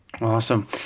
Awesome